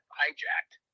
hijacked